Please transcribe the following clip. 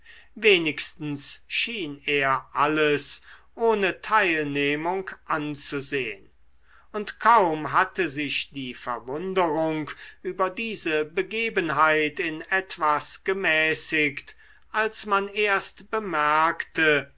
wenigstens schien er alles ohne teilnehmung anzusehn und kaum hatte sich die verwunderung über diese begebenheit in etwas gemäßigt als man erst bemerkte